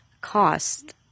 cost